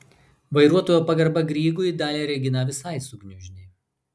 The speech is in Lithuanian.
vairuotojo pagarba grygui dalią reginą visai sugniuždė